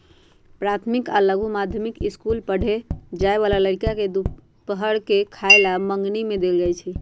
प्राथमिक आ लघु माध्यमिक ईसकुल पढ़े जाय बला लइरका के दूपहर के खयला मंग्नी में देल जाइ छै